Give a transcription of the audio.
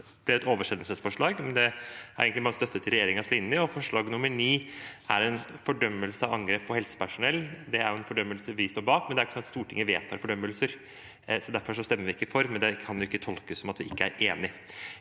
er blitt et oversendelsesforslag, men det er egentlig bare en støtte til regjeringens linje, og forslag nr. 9 er en fordømmelse av angrep på helsepersonell. Det er en fordømmelse vi står bak, men det er ikke slik at Stortinget vedtar fordømmelser. Derfor stemmer vi ikke for, men det kan ikke tolkes som at vi ikke er enig.